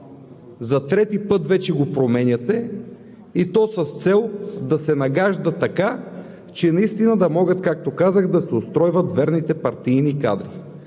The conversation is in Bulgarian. за трети път вече го променяте, и то с цел да се нагажда така, че наистина да могат, както казах, да се устройват верните партийни кадри.